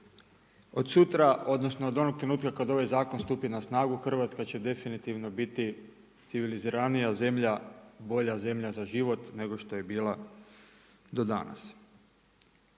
od sutra odnosno od onog trenutka kada ovaj zakon stupi na snagu Hrvatska će definitivno biti civiliziranija zemlja, bolja zemlja za život nego što je bila do danas.